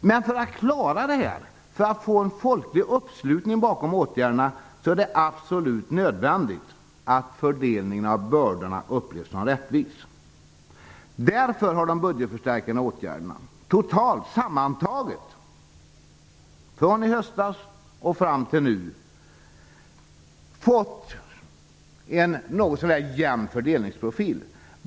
Men för att klara detta, för att få en folklig uppslutning bakom åtgärderna, är det absolut nödvändigt att fördelningen av bördorna upplevs som rättvis. Därför har de budgetförstärkande åtgärderna totalt, sammantaget från i höstas och fram till nu, fått en något så när jämn fördelningsprofil.